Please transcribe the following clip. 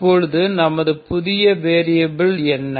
தற்பொழுது நமது புது வேரியபில் என்ன